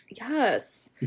Yes